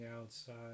outside